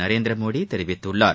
நரேந்திரமோடி தெரிவித்துள்ளார்